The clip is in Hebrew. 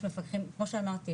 יש מפקחים כמו שאמרתי,